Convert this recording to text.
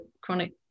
chronic